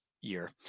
year